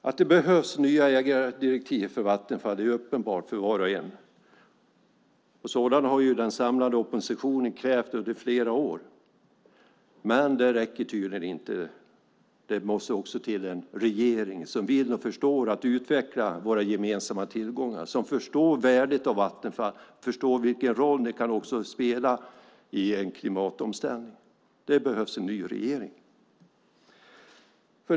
Att det behövs nya ägardirektiv för Vattenfall är uppenbart för var och en. Sådana har den samlade oppositionen krävt under flera år, men det räcker tydligen inte. Det måste också till en regering som vill och förstår att utveckla våra gemensamma tillgångar, som förstår värdet av Vattenfall och vilken roll det kan spela i en klimatomställning. Det behövs en ny regering.